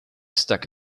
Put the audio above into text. stuck